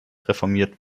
reformiert